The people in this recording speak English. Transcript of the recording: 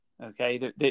Okay